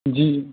जी